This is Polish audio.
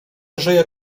żyje